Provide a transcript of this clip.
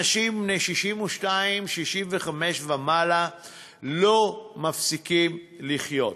אנשים בני 62, 65 ומעלה לא מפסיקים לחיות.